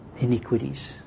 iniquities